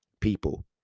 people